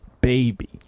baby